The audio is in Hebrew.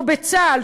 או בצה"ל,